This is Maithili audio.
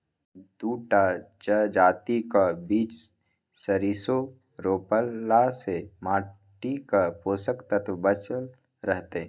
दू टा जजातिक बीच सरिसों रोपलासँ माटिक पोषक तत्व बचल रहतै